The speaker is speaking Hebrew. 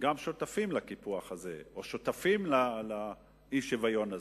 גם שותפים לקיפוח הזה או שותפים לאי-שוויון הזה.